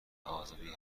آزادی